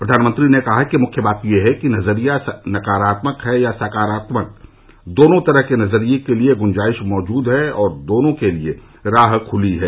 प्रधानमंत्री ने कहा कि मुख्य बात यह है कि नजरिया नकारात्मक है या सकारात्मक दोनों तरह के नजरिये के लिए गुंजाइश मौजूद और दोनों के लिए राह खुली है